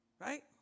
right